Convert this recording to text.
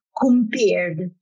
compared